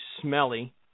smelly